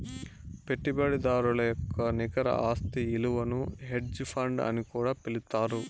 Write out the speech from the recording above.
పెట్టుబడిదారుల యొక్క నికర ఆస్తి ఇలువను హెడ్జ్ ఫండ్ అని కూడా పిలుత్తారు